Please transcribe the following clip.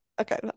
Okay